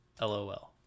lol